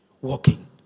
walking